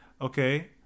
okay